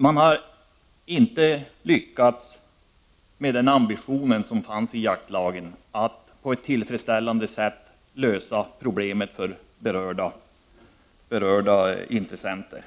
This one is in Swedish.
Man har inte lyckats med ambitionen som fanns i jaktlagen, att på ett tillfredsställande sätt lösa problemen för berörda intressenter.